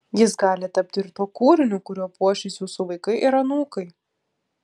jis gali tapti ir tuo kūriniu kuriuo puošis jūsų vaikai ir anūkai